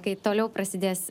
kai toliau prasidės